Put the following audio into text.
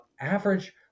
average